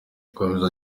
akomeza